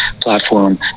platform